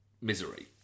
misery